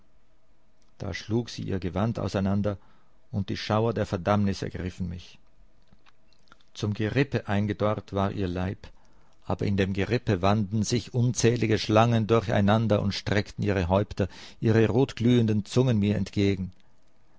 da schlug sie ihr gewand auseinander und die schauer der verdammnis ergriffen mich zum gerippe eingedorrt war ihr leib aber in dem gerippe wanden sich unzählige schlangen durcheinander und streckten ihre häupter ihre rotglühenden zungen mir entgegen